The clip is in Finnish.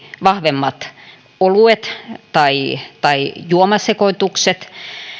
vahvemmat oluet tai tai juomasekoitukset